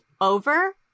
over